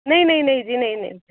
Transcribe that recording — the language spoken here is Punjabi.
ਨਹੀਂ ਨਹੀਂ ਨਹੀਂ ਜੀ ਨਹੀਂ ਨਹੀਂ